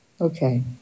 Okay